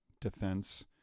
defense